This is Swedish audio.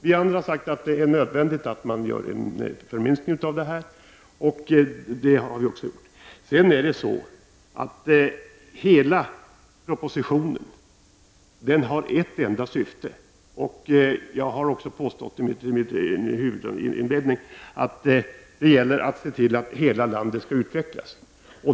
Vi andra har sagt att man måste minska det. Propositionen har ett enda syfte, och jag har också påstått i mitt huvudinlägg att det gäller att se till att hela landet skall utvecklas.